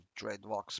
dreadlocks